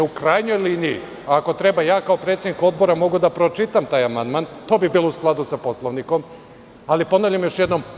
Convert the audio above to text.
U krajnjoj liniji, ako treba, ja kao predsednik odbora mogu da pročitam taj amandman, to bi bilo u skladu sa Poslovnikom, ali ponavljam još jednom.